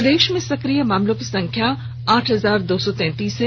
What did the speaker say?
प्रदेश में सक्रिय मामलों की संख्या आठ हजार दो सौ तैंतीस है